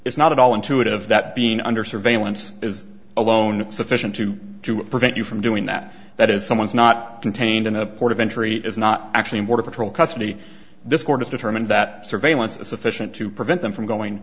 is not at all intuitive that being under surveillance is alone sufficient to prevent you from doing that that is someone is not contained in a port of entry is not actually more to patrol custody this court has determined that surveillance is sufficient to prevent them from going